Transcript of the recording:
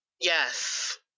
Yes